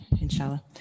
inshallah